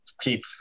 keep